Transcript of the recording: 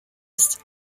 ist